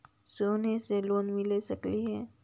सोना से लोन मिल सकली हे?